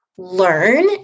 Learn